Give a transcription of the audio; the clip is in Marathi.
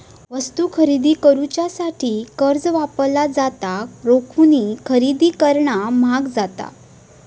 वस्तू खरेदी करुच्यासाठी कर्ज वापरला जाता, रोखीन खरेदी करणा म्हाग जाता